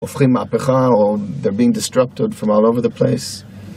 הופכים מהפכה or they're being disrupted from all over the place.